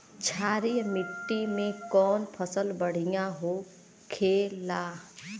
क्षारीय मिट्टी में कौन फसल बढ़ियां हो खेला?